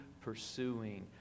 pursuing